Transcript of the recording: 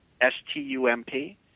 s-t-u-m-p